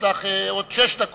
יש לך אפילו עוד שש דקות,